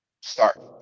start